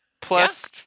Plus